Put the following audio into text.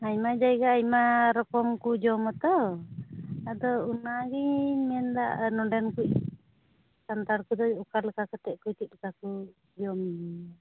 ᱟᱭᱢᱟ ᱡᱟᱭᱡᱟ ᱟᱭᱢᱟ ᱨᱚᱠᱚᱢ ᱠᱚ ᱡᱚᱢᱟ ᱛᱳ ᱟᱫᱚ ᱚᱱᱟᱜᱮᱧ ᱢᱮᱱᱮᱫᱟ ᱱᱚᱸᱰᱮᱱ ᱠᱚ ᱥᱟᱱᱛᱟᱲ ᱠᱚᱫᱚ ᱚᱠᱟ ᱞᱮᱠᱟ ᱠᱟᱛᱮᱫ ᱠᱚ ᱪᱮᱫ ᱞᱮᱠᱟ ᱠᱚ ᱡᱚᱢ ᱧᱩᱭᱟ